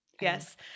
Yes